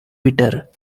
bitter